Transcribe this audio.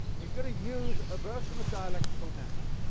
he's going to use a version of dialectical method